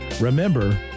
remember